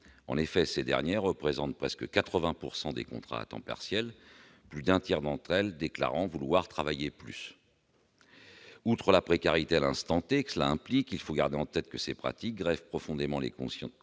en effet, ces dernières représentent presque 80 % des contrats à temps partiel, plus d'un tiers d'entre elles déclarant vouloir travailler plus. Outre la précarité à l'instant que cela implique, il faut garder en tête que ces pratiques grèvent profondément les conditions